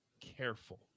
careful